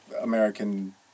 American